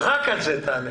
רק על זה תענה.